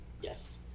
Yes